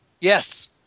Yes